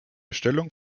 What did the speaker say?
stellung